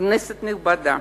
כנסת נכבדה,